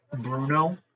Bruno